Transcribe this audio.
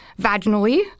vaginally